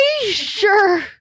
Sure